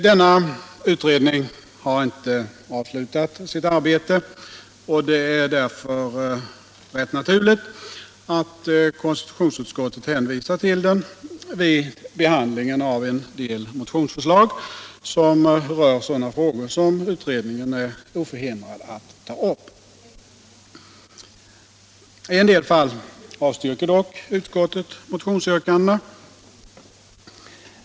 Denna utredning har inte avslutat sitt arbete, och det är därför rätt naturligt att konstitutionsutskottet hänvisar till den vid behandlingen av en del motionsförslag som berör sådana frågor som utredningen är oförhindrad att ta upp. I en del fall avstyrker dock utskottet motionsyrkandena.